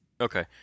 Okay